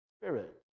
spirit